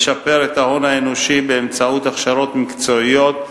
לשפר את ההון האנושי באמצעות הכשרות מקצועיות,